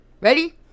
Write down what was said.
Ready